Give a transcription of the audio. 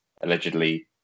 allegedly